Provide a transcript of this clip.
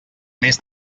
més